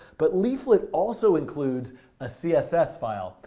but leaflet also includes a css file,